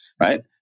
Right